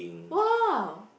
!wow!